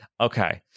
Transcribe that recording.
Okay